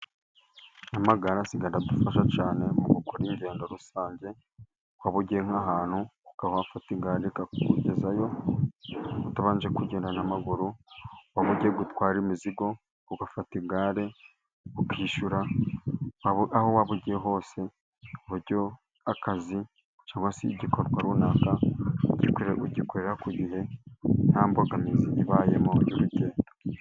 N'amagare asigaye aradufasha cyane ,mu gukora ingendo rusange, waba ugiye ahantu ,ukaba wafata igare rikakugezayo utabanje kugenda n'amaguru ,waba ugiye gutwara imizigo ugafata igare ukishyura ,aho waba ugiye hose mu buryo akazi ,cyangwa se igikorwa runaka ugikorera ku gihe, nta mbogamizi ibayemo y'urugendo.